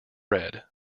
red